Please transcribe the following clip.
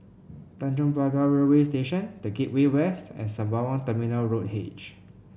Tanjong Pagar Railway Station The Gateway West and Sembawang Terminal Road H